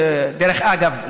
דרך אגב,